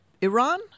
Iran